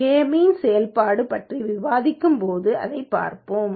K means செயல்பாடு பற்றி விவாதிக்கும்போது அதைப் பார்ப்போம்